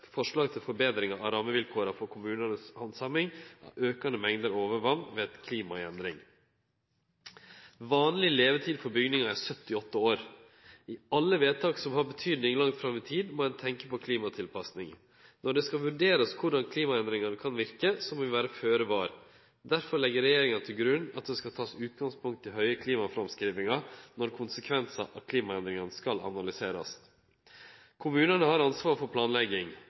forslag til forbetringar av rammevilkåra for handsaminga i kommunane når det gjeld aukande mengder overvatn på grunn av eit klima i endring. Ei vanleg levetid for bygningar er 78 år. I alle vedtak som har betydning langt fram i tid, må ein tenkje på klimatilpassing. Når ein skal vurdere korleis klimaendringane kan verke, må ein vere føre var. Derfor legg regjeringa til grunn at ein skal ta utgangspunkt i høge klimaframskrivingar når konsekvensar for klimaendringane skal verte analyserte. Kommunane har ansvar for planlegging.